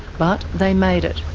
but they made it.